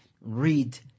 read